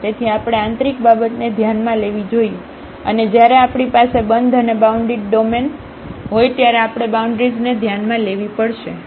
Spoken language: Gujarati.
તેથી આપણે આંતરીક બાબતને ધ્યાનમાં લેવી જોઈએ અને જ્યારે આપણી પાસે બંધ અને બાઉન્ડિડ ડોમેન હોય ત્યારે આપણે બાઉન્ડ્રીઝને ધ્યાનમાં લેવી પડશે